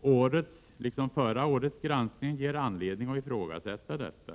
Årets, liksom förra årets, granskning ger anledning att ifrågasätta detta.